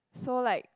so like